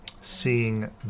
seeing